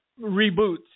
reboots